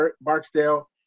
barksdale